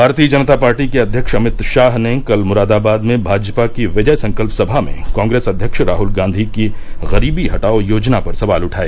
भारतीय जनता पार्टी के अध्यक्ष अमित शाह ने कल मुरादाबाद में भाजपा की विजय संकल्प सभा में कॉग्रेस अध्यक्ष राहल गांधी की गरीबी हटाओं योजना पर सवाल उठाए